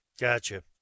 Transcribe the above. Gotcha